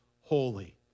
holy